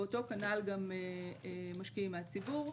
ואותו כנ"ל גם משקיעים מהציבור.